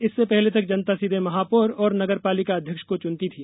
इससे पहले तक जनता सीधे महापौर और नगरपालिका अध्यक्ष को चुनती थी